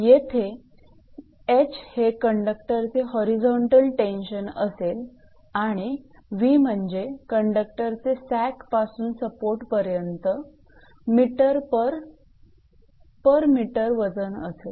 येथे 𝐻 हे कंडक्टरचे होरिझोंटल टेन्शन असेल आणि 𝑉 म्हणजे कंडक्टरचे सॅगपासून सपोर्टपर्यंत पर मीटर वजन असेल